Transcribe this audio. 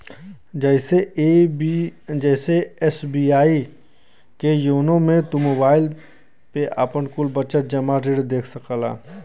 जइसे एस.बी.आई के योनो मे तू मोबाईल पे आपन कुल बचत, जमा, ऋण खाता देख सकला